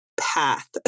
path